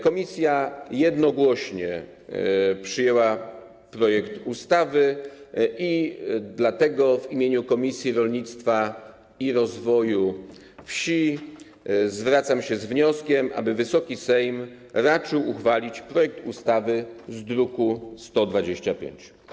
Komisja jednogłośnie przyjęła projekt ustawy i dlatego w imieniu Komisji Rolnictwa i Rozwoju Wsi zwracam się z wnioskiem, aby Wysoki Sejm raczył uchwalić projekt ustawy z druku nr 125.